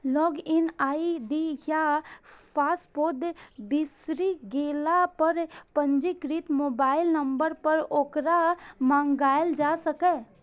log in ID या password बिसरि गेला पर पंजीकृत मोबाइल नंबर पर ओकरा मंगाएल जा सकैए